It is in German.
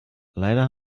leider